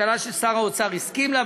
הקלה ששר האוצר הסכים לה,